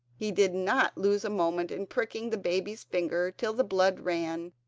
he did not lose a moment in pricking the baby's finger till the blood ran,